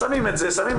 שמים את זה,